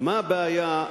מה הבעיה?